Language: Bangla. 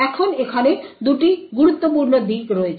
এখন এখানে দুটি গুরুত্বপূর্ণ দিক রয়েছে